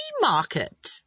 market